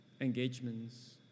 engagements